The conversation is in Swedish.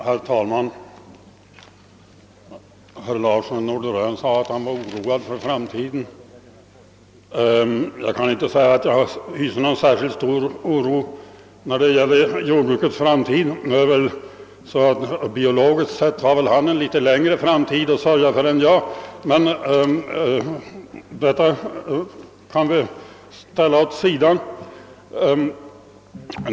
Herr talman! Herr Larsson i Norderön sade att han var oroad för framtiden. Jag kan inte säga att jag hyser någon särskilt stor oro när det gäller jordbrukets framtid. Biologiskt sett har väl herr Larsson en något längre framtid att sörja för än jag, men det spörsmålet kan vi ställa åt sidan.